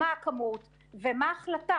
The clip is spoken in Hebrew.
מה הכמות ומה ההחלטה,